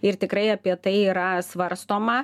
ir tikrai apie tai yra svarstoma